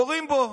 יורים בו.